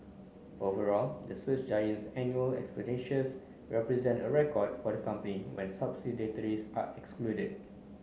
overall the search giant's annual expenditures represented a record for the company when subsidiaries are excluded